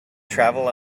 travel